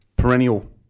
Perennial